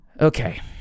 okay